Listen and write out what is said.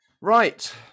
Right